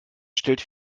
stellt